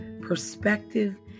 perspective